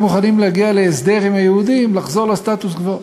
מוכנים להגיע להסדר עם היהודים לחזור לסטטוס-קוו.